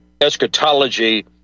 eschatology